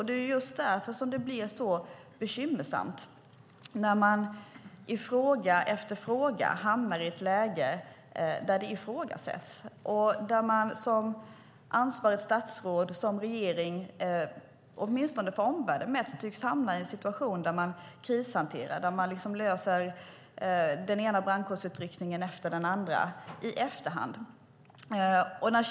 Det är därför som det blir så bekymmersamt när man i fråga efter fråga hamnar i ett läge där detta ifrågasätts och där ansvarigt statsråd och regeringen - åtminstone verkar det så för omvärlden - mest tycks krishantera. Man gör den ena brandkårsutryckningen efter den andra, i efterhand.